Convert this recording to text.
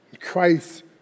Christ